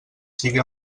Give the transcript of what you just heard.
sigui